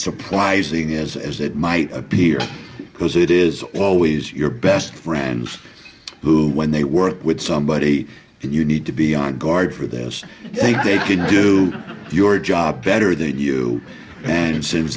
surprising as as it might appear because it is always your best friends who when they work with somebody and you need to be on guard for this i think they can do your job better than you and since